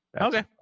Okay